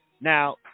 Now